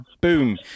boom